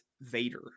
Vader